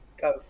Go